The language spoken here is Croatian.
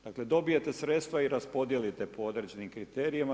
Dakle, dobijete sredstva i raspodijelite po određenim kriterijima.